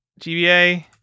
GBA